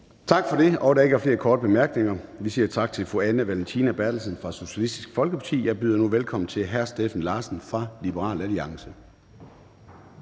Tak for det. Der er ikke flere korte bemærkninger. Vi siger tak til fru Anne Valentina Berthelsen fra Socialistisk Folkeparti. Jeg byder nu velkommen til hr. Steffen Larsen fra Liberal Alliance.